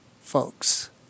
folks